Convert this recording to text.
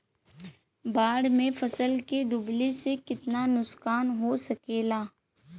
बाढ़ मे फसल के डुबले से कितना नुकसान हो सकेला?